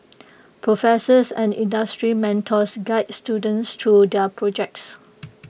professors and industry mentors guide students through their projects